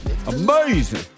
Amazing